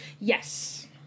yes